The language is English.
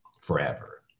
forever